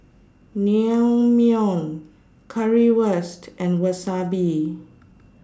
Naengmyeon Currywurst and Wasabi